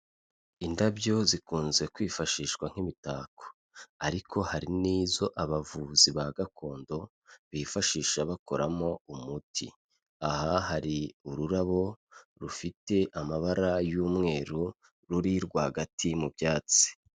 Indabyo zikunze kwifashishwa nk'imitako, ariko hari n'izo abavuzi ba gakondo, bifashisha bakoramo umuti, aha hari ururabo rufite amabara y'umweru ruri rwagati mu byatsi.